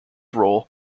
roll